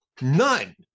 None